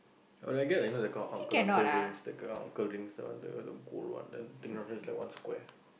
or can like those kind of uncle uncle rings the kind of uncle rings that one the gold one then the thing just like one square